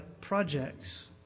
projects